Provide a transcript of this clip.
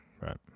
right